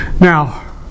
Now